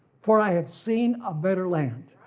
for i have seen a better land.